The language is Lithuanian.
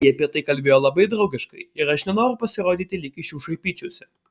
jie apie tai kalbėjo labai draugiškai ir aš nenoriu pasirodyti lyg iš jų šaipyčiausi